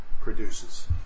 produces